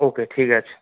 ওকে ঠিক আছে